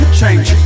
change